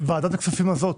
ועדת הכספים הזאת